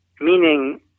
meaning